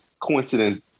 coincidence